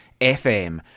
FM